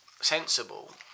sensible